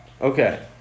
Okay